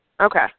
Okay